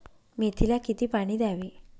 मेथीला किती पाणी द्यावे?